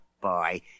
boy